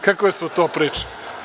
Kakve su to priče?